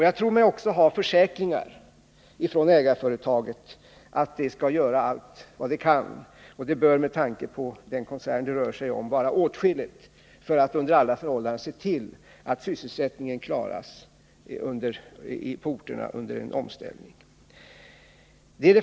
Jag tror mig också ha försäkringar från ägarföretaget att man skall göra allt man kan — och det bör med tanke på den koncern det rör sig om vara åtskilligt — för att under alla förhållanden se till att sysselsättningen på orterna klaras under en omställning.